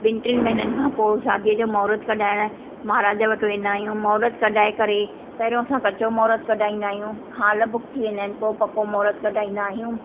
ॿिन टिनि महिननि खां पोइ शादीअ जो महूरत कढाइणु महाराज वटि वेंदा आहियूं महूरत कढाए करे पहिरियों असां कचो महूरत कढाईंदा आहियूं हाल बुक थी वञनि पोइ पको महूरत कढाईंदा आहियूं